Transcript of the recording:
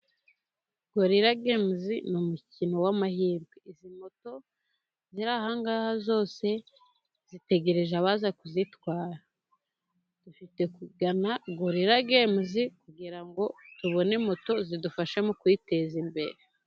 Goriragemuzi ni umukino w'amahirwe, izi moto ziri ahangaha zose zitegereje abaza kuzitwara, dufite kugana goriragemuzi kugira ngo tubone moto zidufasha mu kuyiteza imbere.